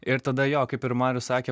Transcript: ir tada jo kaip ir marius sakė